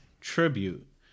tribute